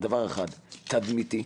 דבר ראשון, תדמיתי.